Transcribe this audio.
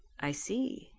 i see,